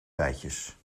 bijtjes